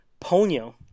Ponyo